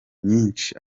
nyinshi